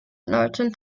norton